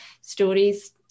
stories